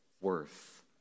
worth